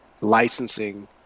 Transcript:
licensing